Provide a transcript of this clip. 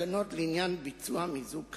תקנות לעניין מיזוג כאמור.